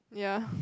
ya